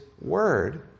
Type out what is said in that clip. word